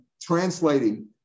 translating